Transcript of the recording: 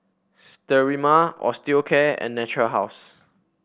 Sterimar Osteocare and Natura House